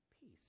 Peace